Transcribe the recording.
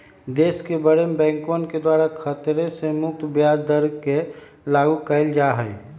देश के बडे बैंकवन के द्वारा खतरे से मुक्त ब्याज दर के लागू कइल जा हई